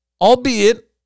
albeit